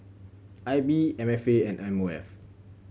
I B M F A and M O F